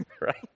Right